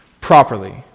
properly